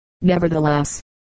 nevertheless